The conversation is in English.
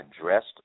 dressed